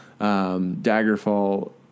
Daggerfall